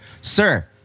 Sir